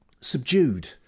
subdued